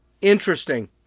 Interesting